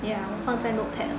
yeah 我放在 notepad